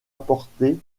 apporté